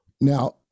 Now